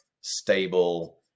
stable